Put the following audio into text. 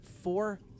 four